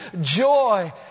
joy